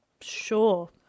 Sure